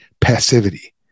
passivity